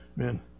Amen